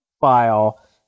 file